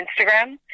Instagram